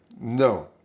No